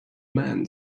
man